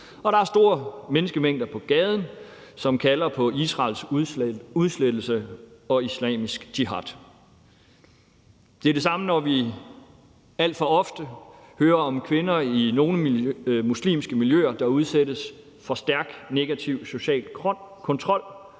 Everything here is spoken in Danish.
og der er store menneskemængder på gaden, som kalder på Israels udslettelse og islamisk jihad. Det er det samme, når vi alt for ofte hører om kvinder i nogle muslimske miljøer, der udsættes for stærk negativ social kontrol,